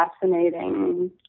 fascinating